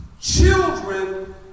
Children